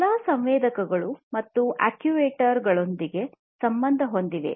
ಎಲ್ಲಾ ಸಂವೇದಕಗಳು ಮತ್ತು ಅಕ್ಚುಯೇಟರ್ಗಳೊಂದಿಗೆ ಸಂಬಂಧ ಹೊಂದಿವೆ